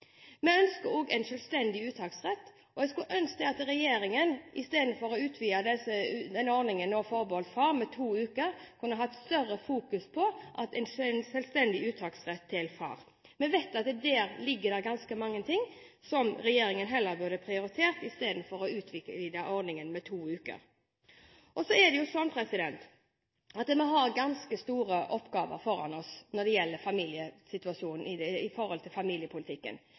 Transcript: Vi ønsker også en selvstendig uttaksrett, og jeg skulle ønske at regjeringen istedenfor å utvide denne ordningen forbeholdt far med to uker kunne fokusert mer på en selvstendig uttaksrett til far. Vi vet at der ligger det ganske mange ting som regjeringen heller burde prioritere istedenfor å utvide ordningen med to uker. Vi har ganske store oppgaver foran oss når det gjelder situasjonen med hensyn til familiepolitikken. Vi har det med hensyn til løpende barnehageopptak, og vi har også, som jeg sa, det med selvstendig uttaksrett. Fremskrittspartiet har lyst til